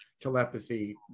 telepathy